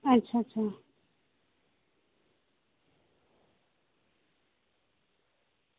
अच्छा अच्छा